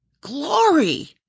glory